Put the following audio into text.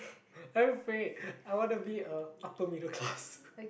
have faith I want to be a upper middle class